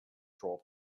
troll